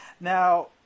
Now